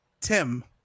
Tim